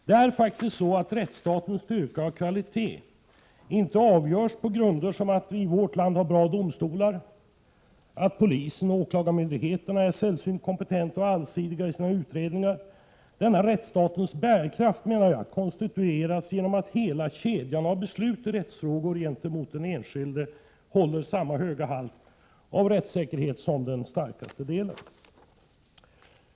Det är faktiskt så att rättsstatens styrka och kvalitet inte avgörs på grunder som att vi i vårt land har bra domstolar, att polisen och åklagarmyndigheterna är sällsynt kompetenta och allsidiga i sina utredningar, utan denna rättsstatens bärkraft konstitueras genom att hela kedjan av beslut i rättsfrågor gentemot den enskilde håller samma höga halt av rättssäkerhet som den starkaste delen.